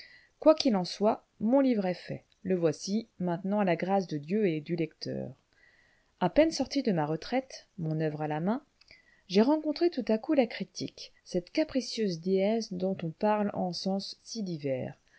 qu'il en soit mon livre est fait le voici maintenant à la grâce de dieu et du lecteur à peine sorti de ma retraite mon oeuvre à la main j'ai rencontré tout à coup la critique cette capricieuse déesse dont on parle en sens si divers